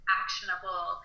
actionable